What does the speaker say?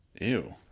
Ew